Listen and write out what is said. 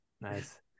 nice